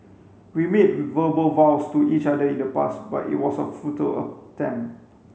we made verbal vows to each other in the past but it was a futile attempt